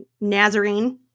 nazarene